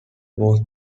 was